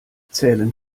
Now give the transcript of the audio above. zählen